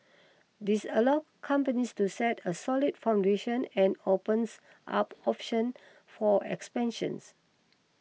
this allow companies to set a solid foundation and opens up options for expansions